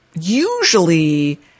usually